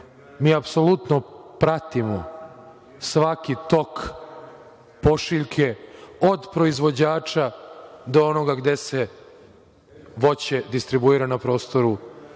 mi apsolutno pratimo svaki tok pošiljke od proizvođača do onoga gde se voće distribuira na prostoru